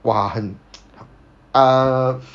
!wah! 很 ah